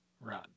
run